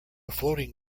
floating